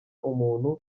umuntu